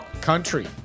country